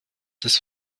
des